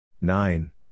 Nine